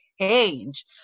change